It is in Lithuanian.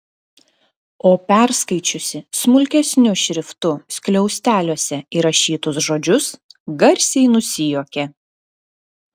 o perskaičiusi smulkesniu šriftu skliausteliuose įrašytus žodžius garsiai nusijuokė